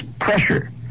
pressure